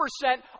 percent